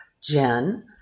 Jen